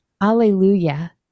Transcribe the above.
Alleluia